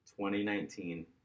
2019